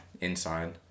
inside